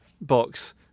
box